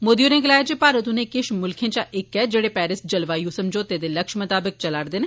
मोदी होरें गलाया जे भारत उनें किश मुल्खें चा इक ऐ जेह्ड़े पेरिस जलवायु समझोते दे लक्ष्यें मताबक चला'रदे न